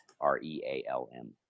R-E-A-L-M